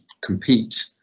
compete